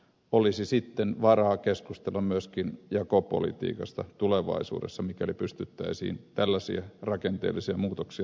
olisi sitten varaa keskustella myöskin jakopolitiikasta tulevaisuudessa mikäli pystyttäisiin tällaisia rakenteellisia muutoksia tekemään